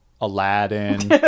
Aladdin